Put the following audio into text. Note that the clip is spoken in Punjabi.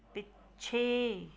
ਪਿੱਛੇ